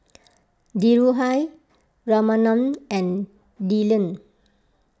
Dhirubhai Ramanand and Dhyan